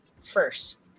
first